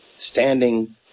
Standing